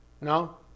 No